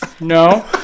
No